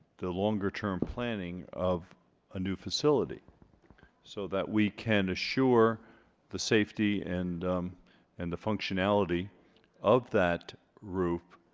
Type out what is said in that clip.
the longer term planning of a new facility so that we can assure the safety and and the functionality of that roof